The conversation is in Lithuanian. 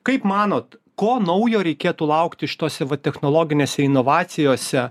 kaip manot ko naujo reikėtų laukti šitose technologinėse inovacijose